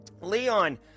Leon